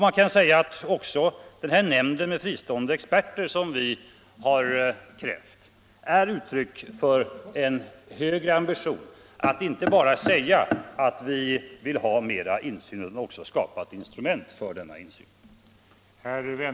Man kan säga att också nämnden med fristående experter som vi har krävt är uttryck för en högre ambition: att inte bara säga att vi vill ha mer insyn utan också skapa ett instrument för denna insyn.